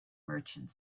merchant